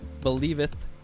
believeth